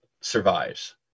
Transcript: survives